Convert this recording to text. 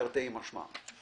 תרתי משמע.